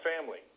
family